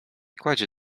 kładzie